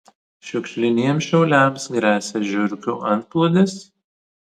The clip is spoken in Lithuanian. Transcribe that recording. šiukšliniems šiauliams gresia žiurkių antplūdis